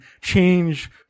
change